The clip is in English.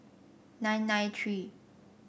nine nine three